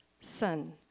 son